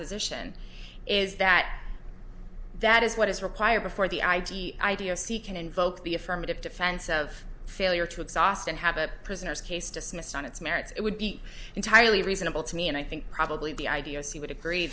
position is that that is what is required before the id idea see can invoke the affirmative defense of failure to exhaust and have a prisoner's case dismissed on its merits it would be entirely reasonable to me and i think probably the idea is he would agree